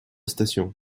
station